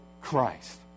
Christ